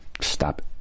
stop